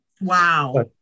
wow